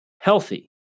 healthy